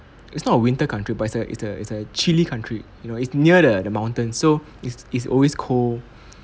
it's not a winter country but it's a it's a it's a chilly country you know it's near the mountain so it's it's always cold